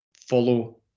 follow